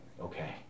okay